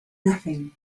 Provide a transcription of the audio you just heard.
nothing